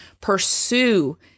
pursue